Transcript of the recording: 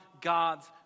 God's